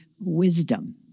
wisdom